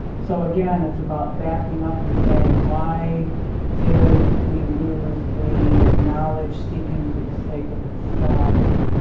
so again, it's about backing up and saying why did we lose the knowledge-seeking for the sake of itself,